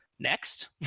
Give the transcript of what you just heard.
Next